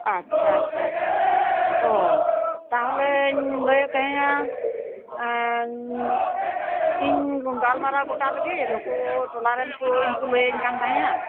ᱟᱪᱪᱷᱟ ᱟᱪᱪᱷᱟ ᱟᱪᱪᱷᱟ ᱚ ᱛᱟᱞᱦᱮᱧ ᱞᱟᱹᱭᱮᱫ ᱛᱟᱦᱮᱸᱱᱟ ᱤᱧᱤᱧ ᱜᱟᱞᱢᱟᱨᱟᱣ ᱜᱚᱴᱟ ᱞᱮᱜᱮ ᱱᱩᱠᱩ ᱴᱚᱞᱟ ᱨᱮᱱ ᱠᱚ ᱤᱧ ᱠᱚ ᱞᱟᱹᱭᱤᱧ ᱠᱟᱱ ᱛᱟᱦᱮᱸᱱᱟ